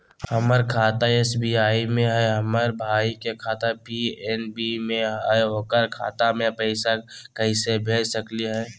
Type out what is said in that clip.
हमर खाता एस.बी.आई में हई, हमर भाई के खाता पी.एन.बी में हई, ओकर खाता में पैसा कैसे भेज सकली हई?